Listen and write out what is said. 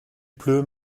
pleut